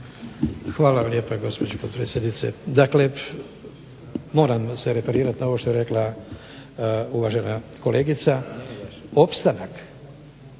vam lijepa gospođo potpredsjednice. Dakle, moram se referirati na ovo što je rekla uvažena kolegica. Opstanak